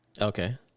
okay